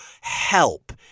help